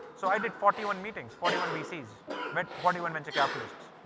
so i did forty one meetings, forty one vcs met forty one venture capitalists.